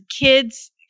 kids